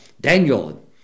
Daniel